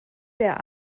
der